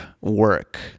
Work